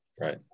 right